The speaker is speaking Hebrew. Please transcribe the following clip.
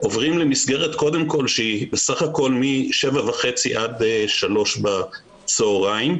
עוברים למסגרת שהיא בסך הכול משבע וחצי עד שלוש בצוהריים.